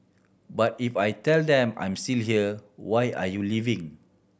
but if I tell them I'm still here why are you leaving